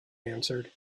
answered